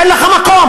אין לך מקום,